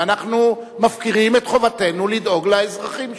ואנחנו מפקירים את חובתנו לדאוג לאזרחים שם.